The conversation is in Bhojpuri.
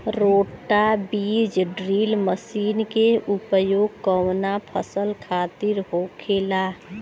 रोटा बिज ड्रिल मशीन के उपयोग कऊना फसल खातिर होखेला?